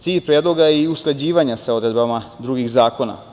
Cilj predloga je i usklađivanje sa odredbama drugih zakona.